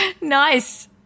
Nice